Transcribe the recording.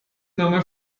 mamy